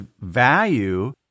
value